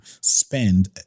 spend